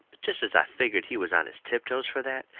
jest as i figgered he was on his tiptoes fur that,